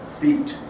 feet